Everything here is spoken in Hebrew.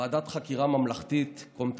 ועדת חקירה ממלכתית קום תקום.